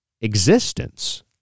existence